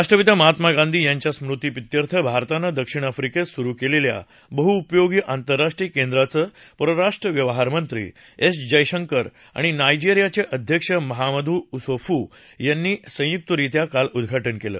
राष्ट्रपिता महात्मा गांधी यांच्या स्मृती प्रित्यर्थ भारतानं दक्षिण आफ्रिकेत सुरु केलेल्या बहुपयोगी आंतरराष्ट्रीय केंद्राचं परराष्ट्र व्यवहारमंत्री एस जयशंकर आणि नायजेरियाचे अध्यक्ष महामदू झोफू यांनी संयुक्तरित्या काल उद्घाटन केलं